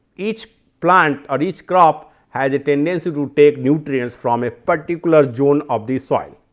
each plant or each crop has a tendency root take nutrients from a particular zone of the soil.